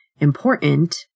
important